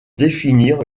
définir